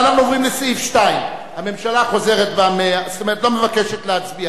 אנחנו עכשיו עוברים לסעיף 2. הממשלה לא מבקשת להצביע